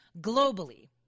Globally